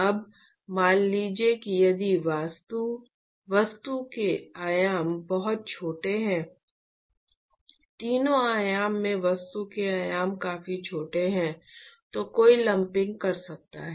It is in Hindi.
अब मान लीजिए कि यदि वस्तु के आयाम बहुत छोटे हैं तीनों आयामों में वस्तु के आयाम काफी छोटे हैं तो कोई लंपिंग कर सकता है